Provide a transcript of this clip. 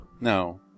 No